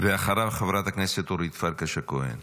אחריו, חברת הכנסת אורית פרקש הכהן.